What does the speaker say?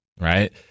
Right